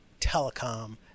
telecom